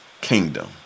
kingdom